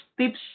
tips